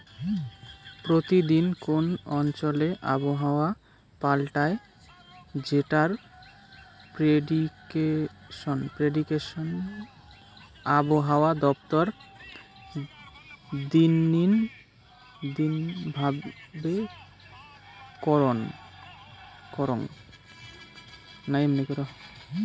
প্রতি দিন কোন অঞ্চলে আবহাওয়া পাল্টায় যেটার প্রেডিকশন আবহাওয়া দপ্তর দিননি ভাবে করঙ